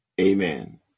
amen